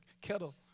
Kettle